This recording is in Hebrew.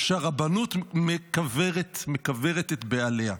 שהרבנות מקברת את בעליה.